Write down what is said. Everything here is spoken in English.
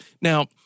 Now